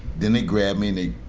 then they grabbed me. they,